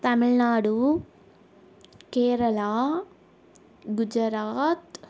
Tamil Nadu Kerala Gujarat